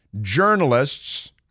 journalists